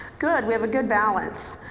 good, we have a good balance.